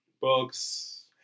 books